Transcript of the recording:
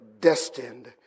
destined